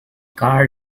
car